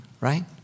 right